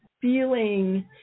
feeling